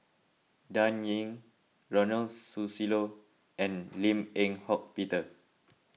Dan Ying Ronald Susilo and Lim Eng Hock Peter